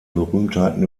berühmtheiten